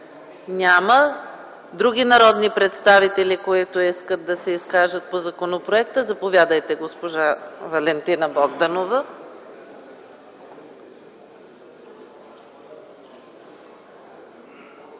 Няма. Други народни представители, които искат да се изкажат по законопроекта? Заповядайте, госпожа Валентина Богданова.